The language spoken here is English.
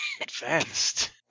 advanced